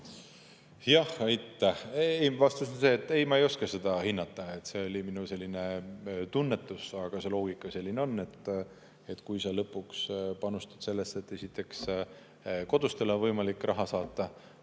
Jah, aitäh! Vastus on see, et ei, ma ei oska seda hinnata. See oli minu selline tunnetus. Aga see loogika on selline, et kui sa lõpuks panustad sellesse, et esiteks, kodustele on võimalik raha saata,